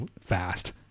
fast